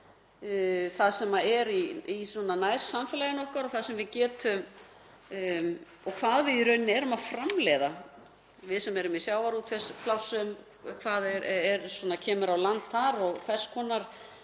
mat sem er í nærsamfélaginu okkar og það sem við í rauninni erum að framleiða, við sem erum í sjávarútvegsplássum, hvað kemur á land þar og hvers konar